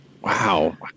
Wow